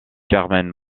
carmen